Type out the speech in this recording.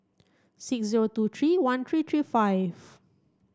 six zero two three one three three five